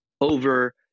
over